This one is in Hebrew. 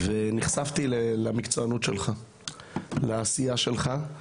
ונחשפתי למקצוענות שלך, לעשייה שלך.